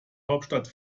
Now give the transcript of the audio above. hauptstadt